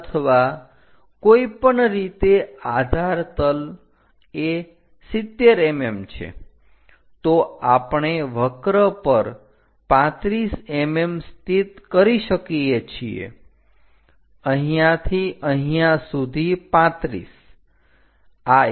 અથવા કોઈપણ રીતે આધાર તલ એ 70 mm છે તો આપણે વક્ર પર 35 mm સ્થિત કરી શકીએ છીએ અહીંયાથી અહીંયા સુધી 35 આ એક